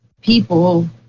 people